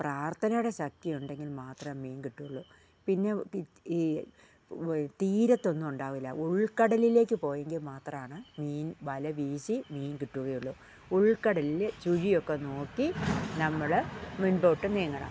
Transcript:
അപ്പോൾ പ്രാർത്ഥനയുടെ ശക്തി ഉണ്ടെങ്കിൽ മാത്രം മീൻ കിട്ടുകയുള്ളു പിന്നെ ഈ തീരത്തൊന്നും ഉണ്ടാവില്ല ഉൾക്കടലിലേക്ക് പോയെങ്കിൽ മാത്രമാണ് മീൻ വലവീശി മീൻ കിട്ടുകയുള്ളു ഉൾക്കടലില് ചുഴിയൊക്കെ നോക്കി നമ്മള് മുമ്പോട്ട് നീങ്ങണം